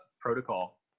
protocol